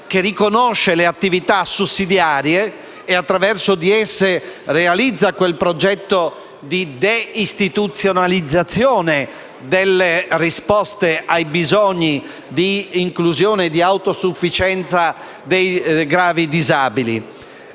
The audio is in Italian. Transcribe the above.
che riconosce le attività sussidiarie e attraverso di esse realizza quel progetto di deistituzionalizzazione delle risposte ai bisogni di inclusione e di autosufficienza dei gravi disabili.